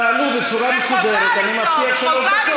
תעלו בצורה מסודרת, ואני מבטיח שלוש דקות.